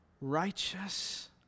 righteous